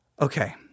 Okay